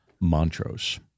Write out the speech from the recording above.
Montrose